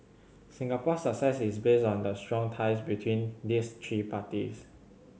Singapore's success is based on the strong ties between these three parties